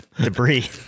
Debris